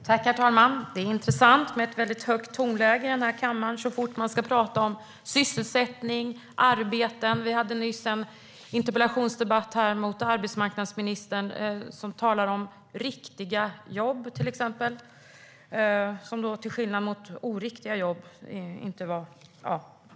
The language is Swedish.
Herr talman! Det är intressant med det höga tonläget i kammaren så fort vi talar om sysselsättning och arbete. Vi hade nyss en interpellationsdebatt med arbetsmarknadsministern, och hon talade om "riktiga" jobb som var bättre än "oriktiga" jobb.